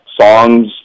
songs